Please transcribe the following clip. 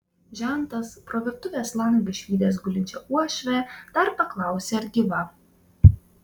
žentas pro virtuvės langą išvydęs gulinčią uošvę dar paklausė ar gyva